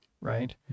right